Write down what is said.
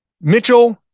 Mitchell